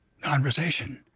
conversation